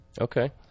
Okay